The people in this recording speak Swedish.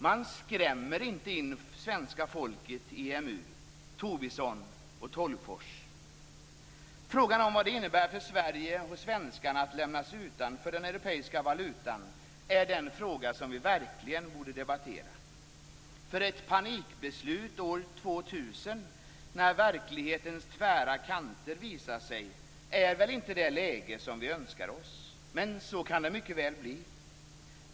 Man skrämmer inte in svenska folket i EMU, Tobisson och Frågan om vad det innebär för Sverige och svenskarna att lämnas utanför den europeiska valutan är den fråga som vi verkligen borde debattera. Ett panikbeslut år 2000, när verklighetens tvära kanter visar sig, är väl inte det läge som vi önskar oss? Men så kan det mycket väl bli.